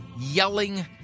yelling